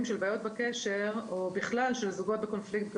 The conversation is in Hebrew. של בעיות בקשר או בכלל של זוגות בקונפליקט גבוה,